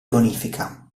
bonifica